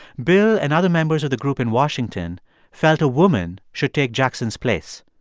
bill and other members of the group in washington felt a woman should take jackson's place.